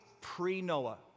pre-Noah